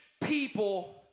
people